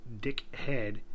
dickhead